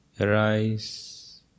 Arise